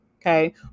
Okay